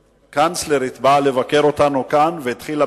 הקנצלרית באה לבקר אותנו כאן והתחילה